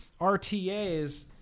RTAs